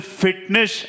fitness